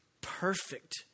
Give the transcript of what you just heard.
perfect